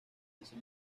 ese